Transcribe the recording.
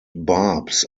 barbs